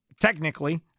technically